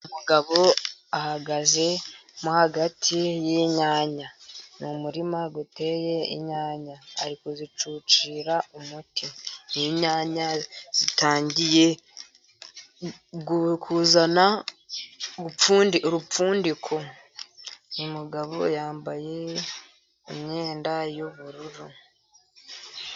Umugabo ahagaze mo hagati yinyanya, ni umurima uteye inyanya ari kuzicucira umuti. Ni inyanya zitangiye kuzana urupfundiko. Uyu mugabo yambaye imyenda y'ubururu.